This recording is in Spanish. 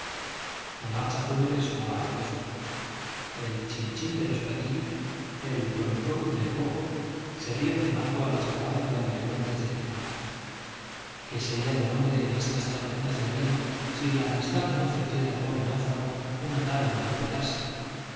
la marcha fúnebre sonaba a los lejos el chin chin de los platillos el rum rum del bombo servían de marco a las palabras grandilocuentes de quintanar qué sería del hombre en estas tormentas de la vida si la amistad no ofreciera al pobre náufrago una tabla donde apoyarse